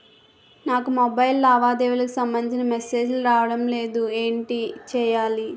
నాకు మొబైల్ కు లావాదేవీలకు సంబందించిన మేసేజిలు రావడం లేదు ఏంటి చేయాలి?